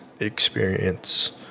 experience